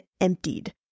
emptied